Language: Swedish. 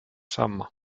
samma